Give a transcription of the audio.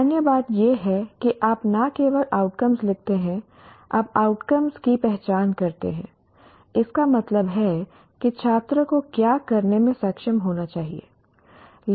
अन्य बात यह है कि आप न केवल आउटकम लिखते हैं आप आउटकम की पहचान करते हैं इसका मतलब है कि छात्र को क्या करने में सक्षम होना चाहिए